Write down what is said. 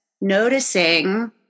noticing